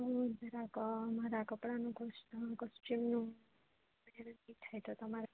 હું જરાક મારા કપડાનું કોસ્ટ્યૂમનું કશું નકી થાય તો તમારે